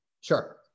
sure